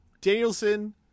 Danielson